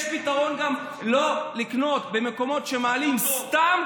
יש פתרון גם לא לקנות במקומות שמעלים סתם,